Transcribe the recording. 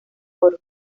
oro